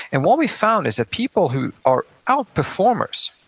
and what we've found is that people who are outperformers,